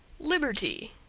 liberty,